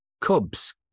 Cubs